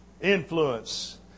Influence